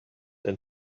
and